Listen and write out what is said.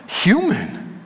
Human